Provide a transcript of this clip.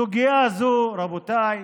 סוגיה זו, רבותיי,